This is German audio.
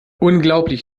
unglaublich